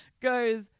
goes